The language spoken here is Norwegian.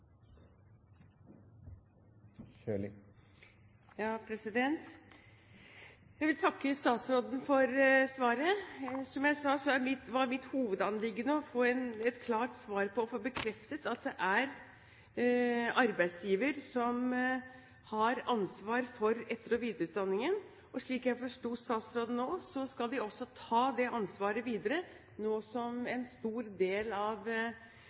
Jeg vil takke statsråden for svaret. Som jeg sa, var mitt hovedanliggende å få et klart svar og få bekreftet at det er arbeidsgiver som har ansvar for etter- og videreutdanningen. Slik som jeg forsto statsråden nå, skal vi også ta dette ansvaret videre, nå som en stor del av